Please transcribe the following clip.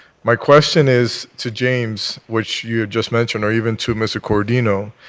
my question is to james, which you had just mentioned or even to mr. corodino.